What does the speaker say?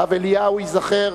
הרב אליהו ייזכר